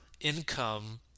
income